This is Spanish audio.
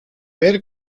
ver